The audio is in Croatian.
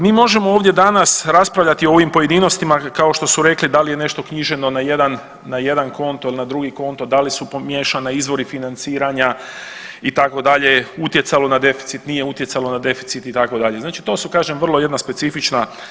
Mi možemo ovdje danas raspravljati o ovim pojedinostima kao što su rekli da li je nešto knjiženo na jedan konto ili na drugi konto, da li su pomiješana izvori financiranja itd. utjecalo na deficit, nije utjecalo na deficit itd. znači to su kažem vrlo jedna specifična